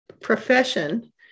profession